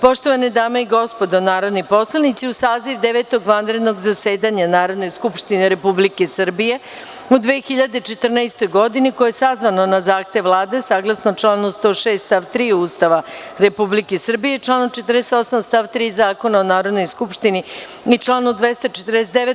Poštovane dame i gospodo narodni poslanici, uz saziv Devetog vanrednog zasedanja Narodne skupštine Republike Srbije u 2014. godini, koje je sazvano na zahtev Vlade, saglasno članu 106. stav 3. Ustava Republike Srbije, član 48. stav 3. Zakona o Narodnoj skupštini i članu 249.